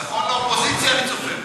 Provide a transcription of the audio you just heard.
ניצחון לאופוזיציה אני צופה.